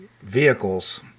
vehicles